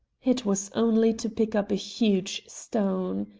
it was only to pick up a huge stone.